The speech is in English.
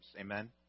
Amen